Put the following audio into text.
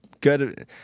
good